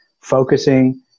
focusing